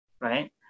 right